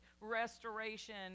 restoration